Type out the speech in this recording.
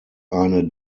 eine